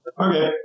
Okay